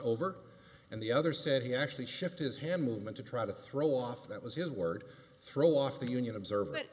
over and the other said he actually shift his hand movement to try to throw off that was his word throw off the union observe it